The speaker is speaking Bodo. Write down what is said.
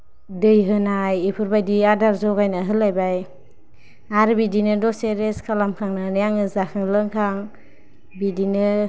दै होनाय बेफोरबायदि दा जागायनानै होलायबाय आरो बिदिनो दसे रेस्ट खालाम खांनानै आङो जाखां लोंखां बिदिनो